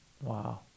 Wow